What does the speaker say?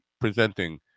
presenting